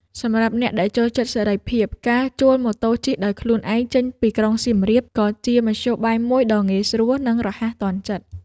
សម្រាប់អ្នកដែលចូលចិត្តសេរីភាព ការជួលម៉ូតូជិះដោយខ្លួនឯងចេញពីក្រុងសៀមរាប ក៏ជាមធ្យោបាយមួយដ៏ងាយស្រួល និងរហ័សទាន់ចិត្ត។